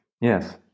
Yes